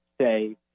say